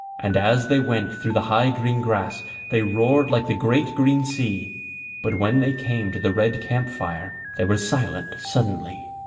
and as they went through the high green grass they roared like the great green sea but when they came to the red camp fire they were silent suddenly.